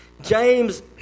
James